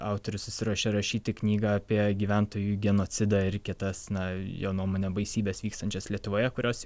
autorius susiruošė rašyti knygą apie gyventojų genocidą ir kitas na jo nuomone baisybes vykstančias lietuvoje kurios